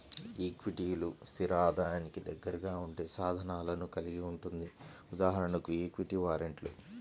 ఈక్విటీలు, స్థిర ఆదాయానికి దగ్గరగా ఉండే సాధనాలను కలిగి ఉంటుంది.ఉదాహరణకు ఈక్విటీ వారెంట్లు